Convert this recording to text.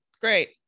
great